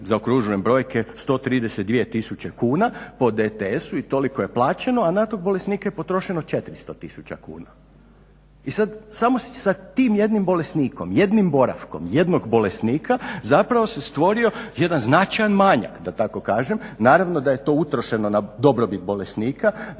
zaokružujem brojke 132 tisuće kuna po DTS-u i toliko je plaćeno a na to bolesnik potroši jedno 400 tisuća kuna i sad samo sa tim jednim bolesnikom, jednim boravkom jednog bolesnika zapravo se stvorio jedan značajan manjak da tako kažem. Naravno da je to utrošeno na dobrobit bolesnika,